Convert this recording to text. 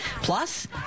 plus